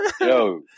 Yo